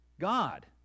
God